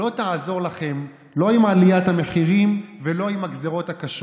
לא תעזור לכם לא עם עליית המחירים ולא עם הגזרות הקשות.